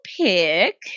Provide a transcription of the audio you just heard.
pick